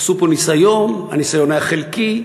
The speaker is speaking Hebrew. עשו פה ניסיון, הניסיון היה חלקי.